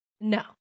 No